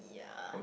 yeah